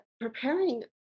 preparing